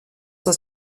das